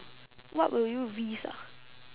what will you risk ah